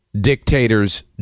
dictators